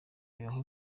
bibazo